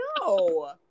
no